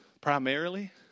Primarily